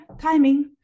timing